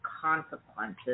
consequences